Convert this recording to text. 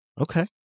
Okay